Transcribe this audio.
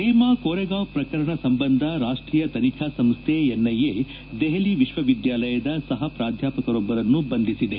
ಭೀಮಾ ಕೋರೆಗಾಂವ್ ಪ್ರಕರಣ ಸಂಬಂಧ ರಾಷ್ಷೀಯ ತನಿಖಾ ಸಂಶ್ನೆ ಎನ್ಐಎ ದೆಹಲಿ ವಿಶ್ವವಿದ್ಯಾಲಯದ ಸಹ ಪ್ರಾಧ್ಯಾಪಕರೊಬ್ಲರನ್ನು ಬಂಧಿಸಿದೆ